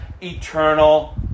eternal